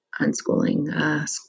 unschooling